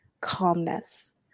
calmness